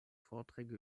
vorträge